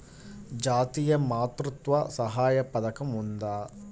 జాతీయ మాతృత్వ సహాయ పథకం ఉందా?